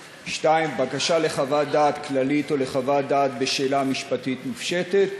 2. בקשה לחוות דעת כללית או לחוות דעת בשאלה משפטית מופשטת,